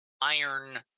iron